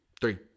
Three